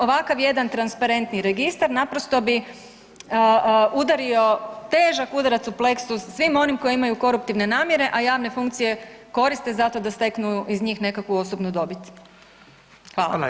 Ovakav jedan transparentni registar naprosto bi udario težak udarac u plexus svim onim koji imaju koruptivne namjere, a javne funkcije koriste zato da steknu iz njih nekakvu osobnu dobit.